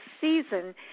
season